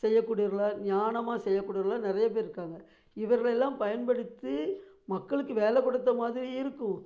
செய்யக்கூடியவர்களாக ஞானமாக செய்யக் கூடியவர்களாக நிறைய பேர் இருக்காங்க இவர்களை எல்லாம் பயன்படுத்தி மக்களுக்கு வேலைக் கொடுத்த மாதிரி இருக்கும்